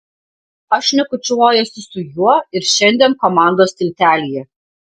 aš šnekučiuojuosi su juo ir šiandien komandos tiltelyje